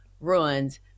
ruins